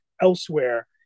elsewhere